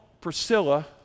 Priscilla